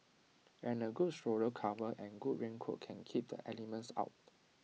and A good stroller cover and good raincoat can keep the elements out